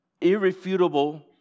irrefutable